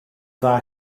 dda